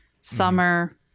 summer